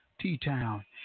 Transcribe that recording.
T-Town